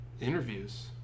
interviews